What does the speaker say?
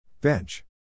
Bench